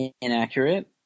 inaccurate